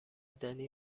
دنی